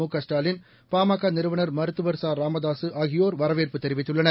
முகஸ்டாலின் பாமக நிறுவனா் மருத்துவா் ச ராமதாசு ஆகியோர் வரவேற்பு தெரிவித்துள்ளனர்